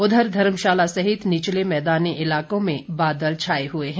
उधर धर्मशाला सहित निचले मैदानी इलाकों में बादल छाए हुए हैं